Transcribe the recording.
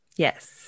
Yes